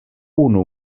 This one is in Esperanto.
unu